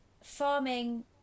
farming